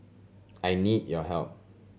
I need your help